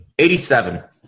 87